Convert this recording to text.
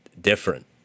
different